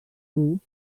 grup